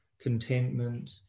contentment